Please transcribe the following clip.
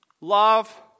love